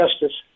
justice